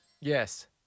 Yes